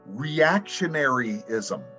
reactionaryism